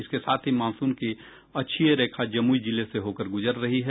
इसके साथ ही मानसून की अक्षीय रेखा जमुई जिले से होकर गुजर रही है